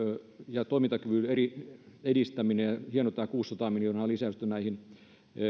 ja toimintakyvyn edistäminen hienoa että on tämä kuusisataa miljoonaa lisäystä näihin